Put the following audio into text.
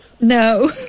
No